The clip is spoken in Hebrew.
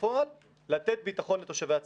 בפועל לתת ביטחון לתושבי הצפון.